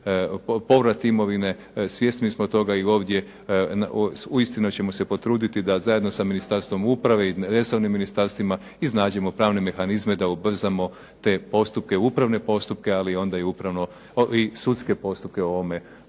povrat imovine. Svjesni smo toga i ovdje. Uistinu ćemo se potruditi da zajedno sa Ministarstvom uprave i resornim ministarstvima iznađemo pravne mehanizme da ubrzamo te postupke, upravne postupke ali onda i sudske postupke u ovome